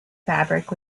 fabric